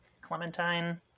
Clementine